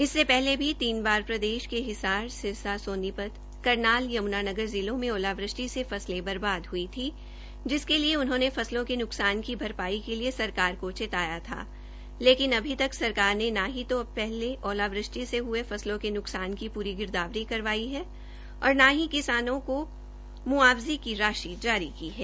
इससे पहले भी तीन बार प्रदेश के हिसार सिरसा सोनीपत करनाल यमुनानगर जिलों में ओलावृष्टि से फसलें बर्बाद हुई थी जिसके लिए उन्होंने फसलों के नुकसान की भरपाई के लिए सरकार को चेताया था लेकिन अभी तक सरकार ने न ही तो पहले ओलावृष्ट से हुए फसलों के नुकसान की पूरी गिरदावरी करवाई है और न ही किसानों को मुआवजे की राशि जारी की है